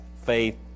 faith